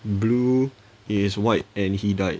blue is white and he died